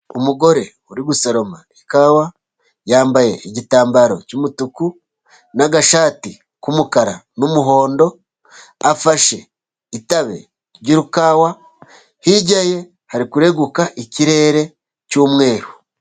Umugore uri gusoroma ikawa yambaye igitambaro cy'umutuku, n'agashati k'umukara n'umuhondo afashe itabe ry'ikawa, hirya ye hari kureguka ikirere cy'umweru.